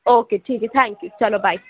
okay ٹھیک ہے thank you چلو بائے